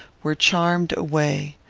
were charmed away.